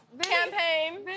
Campaign